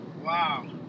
Wow